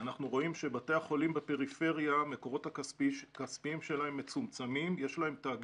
אנחנו רואים שהמקורות הכספיים של בתי החולים בפריפריה.